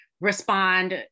respond